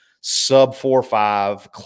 sub-four-five